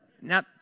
Now